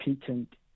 patent